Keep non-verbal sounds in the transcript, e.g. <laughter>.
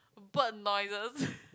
bird noises <laughs>